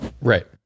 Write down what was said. Right